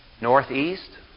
Northeast